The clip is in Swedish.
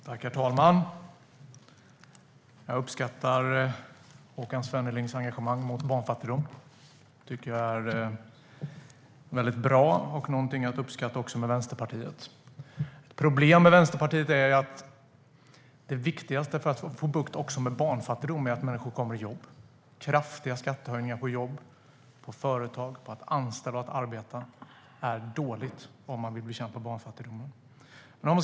Herr talman! Jag uppskattar Håkan Svennelings engagemang mot barnfattigdom. Det tycker jag är bra och någonting att uppskatta med Vänsterpartiet. Ett problem med Vänsterpartiet är att de vill göra kraftiga skattehöjningar på jobb och företag och på att anställa och arbeta, och det är dåligt om man vill bekämpa barnfattigdomen. Det viktigaste för att få bukt med barnfattigdomen är att människor kommer i jobb.